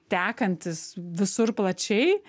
tekantis visur plačiai